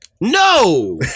No